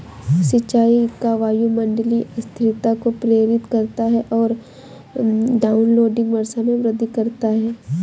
सिंचाई का वायुमंडलीय अस्थिरता को प्रेरित करता है और डाउनविंड वर्षा में वृद्धि करता है